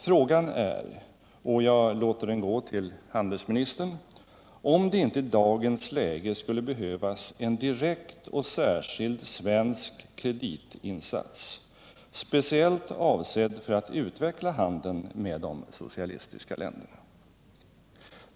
Frågan är — och jag låter den gå till handelsministern — om det inte i dagens läge skulle behövas en direkt och särskild svensk kreditinsats speciellt avsedd för att utveckla handeln med de socialistiska länderna.